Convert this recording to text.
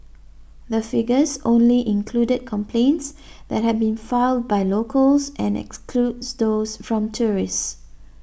the figures only included complaints that had been filed by locals and excludes those from tourists